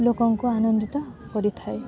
ଲୋକଙ୍କୁ ଆନନ୍ଦିତ କରିଥାଏ